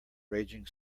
raging